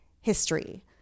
history